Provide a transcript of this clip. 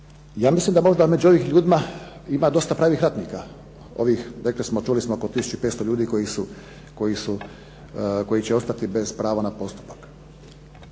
Ja mislim da možda među ovim ljudima ima dosta pravih ratnika, ovih rekli smo, čuli smo oko 1500 ljudi koji će ostati bez prava na postupak.